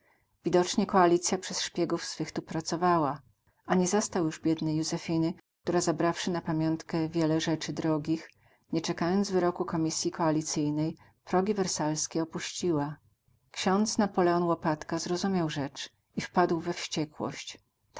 widocznie koalicja przez szpiegów swych tu pracowała a nie zastał już biednej józefiny która zabrawszy na pamiątkę wiele rzeczy drogich nie czekając wyroku komisji koalicyjnej progi wersalskie opuściła ksiądz napoleon łopatka zrozumiał rzecz i wpadł we wściekłość